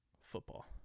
football